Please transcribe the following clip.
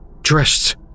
dressed